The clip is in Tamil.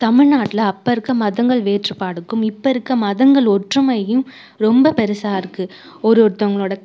தமிழ்நாட்டில் அப்போ இருக்கற மதங்கள் வேறுப்பாடுக்கும் இப்போ இருக்கற மதங்கள் ஒற்றுமையும் ரொம்ப பெருசாக இருக்குது ஒரு ஒருத்தவங்களோடய